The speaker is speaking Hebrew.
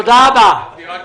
תודה רבה.